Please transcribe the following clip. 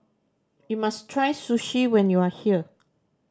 you must try Sushi when you are here